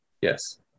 Yes